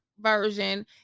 version